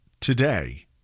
today